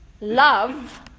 love